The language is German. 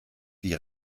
die